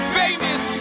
famous